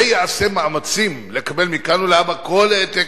ויעשה מאמצים לקבל מכאן ולהבא כל העתק